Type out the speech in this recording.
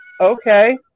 okay